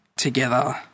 Together